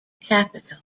capital